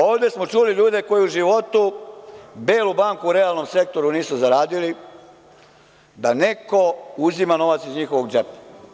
Ovde smo čuli ljude koji u životu belu banku u realnom sektoru nisu zaradili, da neko uzima novac iz njihovog džepa.